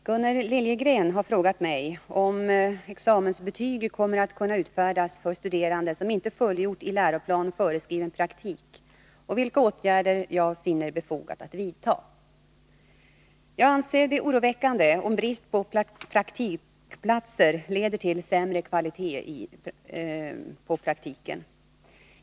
Fru talman! Gunnel Liljegren har frågat mig om examensbetyg kommer att kunna utfärdas för studerande som inte fullgjort i läroplan föreskriven praktik och vilka åtgärder jag finner det befogat att vidta. Jag anser det oroväckande om brist på praktikplatser leder till sämre kvalitet på praktiken.